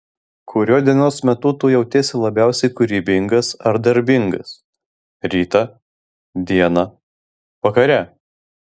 kuriuo dienos metu tu jautiesi labiausiai kūrybingas ar darbingas rytą dieną vakare